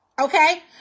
Okay